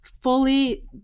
fully